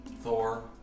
Thor